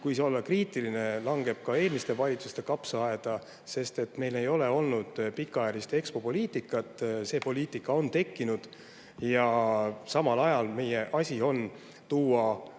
kui olla kriitiline, langeb ka eelmiste valitsuste kapsaaeda, sest meil ei ole olnud pikaajalist EXPO-poliitikat. See poliitika on tekkinud. Samal ajal on meie asi